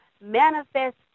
manifest